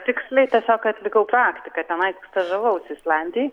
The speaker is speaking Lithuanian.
tiksliai tiesiog atlikau praktiką tenai stažavausi islandijoj